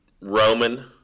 Roman